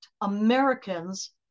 Americans